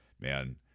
man